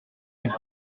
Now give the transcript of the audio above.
est